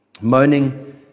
moaning